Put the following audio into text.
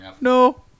No